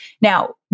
Now